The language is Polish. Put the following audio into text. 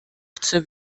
chcę